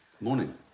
Morning